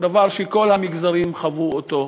דבר שכל המגזרים חוו אותו.